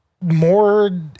more